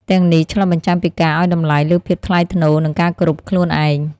ទាំងនេះឆ្លុះបញ្ចាំងពីការឲ្យតម្លៃលើភាពថ្លៃថ្នូរ និងការគោរពខ្លួនឯង។